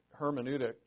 hermeneutic